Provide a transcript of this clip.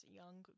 young